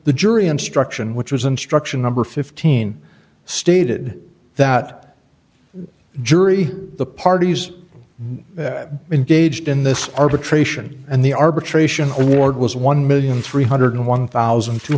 the jury instruction which was instruction number fifteen stated that jury the parties in gauged in this arbitration and the arbitration or the ward was one million three hundred and one thousand two